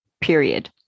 period